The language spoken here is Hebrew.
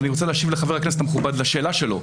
אבל אני רוצה להשיב לחבר הכנסת המכובד לשאלה שלו.